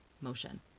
motion